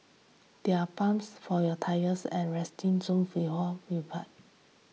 there are pumps for your tyres at resting